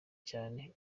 cyane